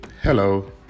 Hello